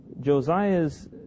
Josiah's